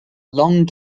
long